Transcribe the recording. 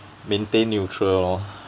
maintain neutral lor